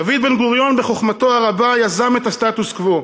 דוד בן-גוריון, בחוכמתו הרבה, יזם את הסטטוס-קוו.